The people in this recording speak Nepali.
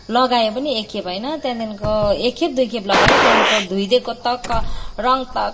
लगायो पनि एकखेप होइन त्यहाँदेखिको एकखेप दुईखेप लगायो त्यहाँदेखिको धोइदिएको त रङ्ग त